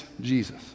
Jesus